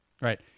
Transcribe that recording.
right